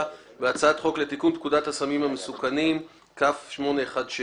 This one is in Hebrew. בהצעת חוק לתיקון פקודת הסמים המסוכנים (מס' 16)